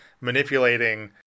manipulating